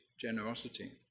generosity